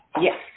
Yes